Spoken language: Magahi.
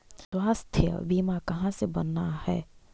स्वास्थ्य बीमा कहा से बना है?